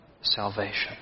salvation